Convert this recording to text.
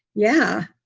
yeah,